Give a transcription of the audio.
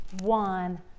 one